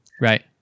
Right